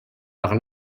par